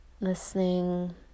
Listening